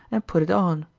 and put it on.